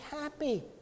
happy